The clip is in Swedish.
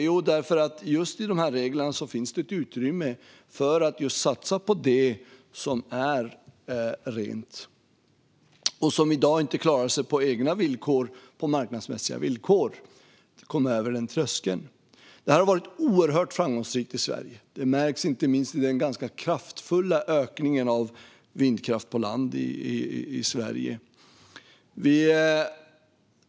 Jo, därför att det i reglerna finns utrymme för att satsa på det som är rent och som i dag inte klarar att på egna villkor komma över tröskeln marknadsmässigt. Detta har varit oerhört framgångsrikt i Sverige. Det märks inte minst i den ganska kraftfulla ökningen av vindkraft på land i Sverige.